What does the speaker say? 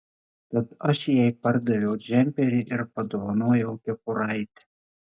tad aš jai pardaviau džemperį ir padovanojau kepuraitę